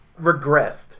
regressed